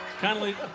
kindly